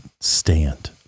stand